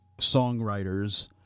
songwriters